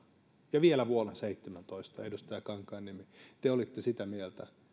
ja vielä vuonna seitsemäntoista edustaja kankaanniemi te te olitte sitä mieltä